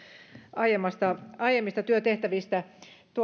aiemmista aiemmista työtehtävistä